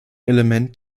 element